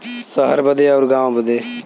सहर बदे अउर गाँव बदे